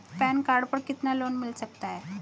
Pan card पर कितना loan मिल सकता है?